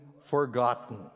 forgotten